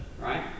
right